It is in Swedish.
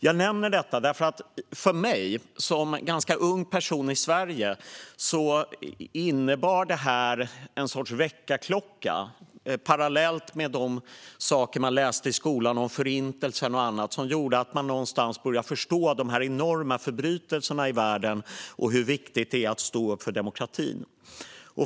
Jag nämner detta, eftersom det för mig, som ganska ung person i Sverige, innebar en sorts väckarklocka, parallellt med de saker man läste i skolan om Förintelsen och annat, som gjorde att jag någonstans började förstå dessa enorma förbrytelser och hur viktigt det är att stå upp för demokratin.